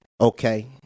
Okay